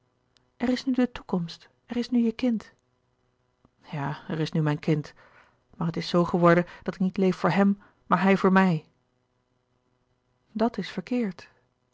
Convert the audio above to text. er is nu de toekomst er is nu je kind ja er is nu mijn kind maar het is zoo geworden dat ik niet leef voor hem maar hij voor mij dat is verkeerd